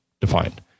defined